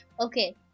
Okay